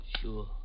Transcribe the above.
Sure